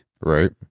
right